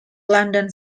london